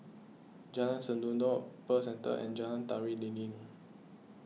Jalan Sendudok Pearl Centre and Jalan Tari Lilin